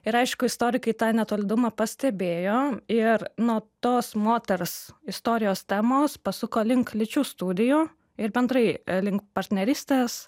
ir aišku istorikai tą netolydumą pastebėjo ir nuo tos moters istorijos temos pasuko link lyčių studijų ir bendrai link partnerystės